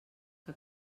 que